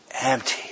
empty